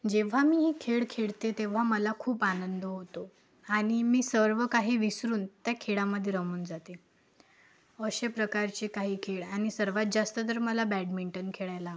जेव्हा मी हे खेळ खेळते तेव्हा मला खूप आनंद होतो आणि मी सर्व काही विसरून त्या खेळामधे रमून जाते असे प्रकारचे काही खेळ आणि सर्वात जास्त तर मला बॅडमिंटन खेळायला आवडतं